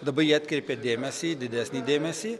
dabar jie atkreipė dėmesį didesnį dėmesį